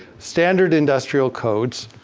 standard industrial codes,